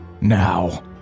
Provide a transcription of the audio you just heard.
now